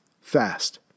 fast